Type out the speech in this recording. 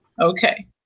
Okay